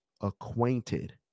acquainted